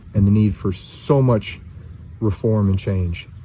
and the need for so much reform and change.